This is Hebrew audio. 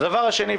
הדבר השני,